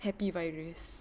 happy virus